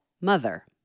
mother